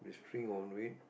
there's a string on it